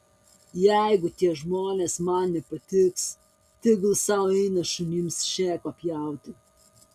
jeigu tie žmonės man nepatiks tegul sau eina šunims šėko pjauti